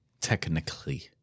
Technically